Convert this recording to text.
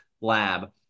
lab